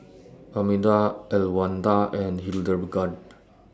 Arminda Elwanda and Hildegarde